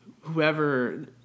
whoever